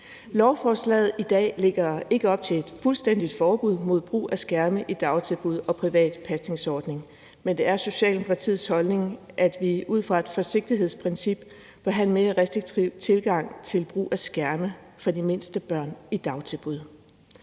Lovforslaget her lægger ikke op til et fuldstændigt forbud mod brug af skærme i dagtilbud og private pasningsordninger, men det er Socialdemokratiets holdning, at vi ud fra et forsigtighedsprincip bør have en mere restriktiv tilgang til brug af skærme for de mindste børn i dagtilbud